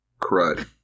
Crud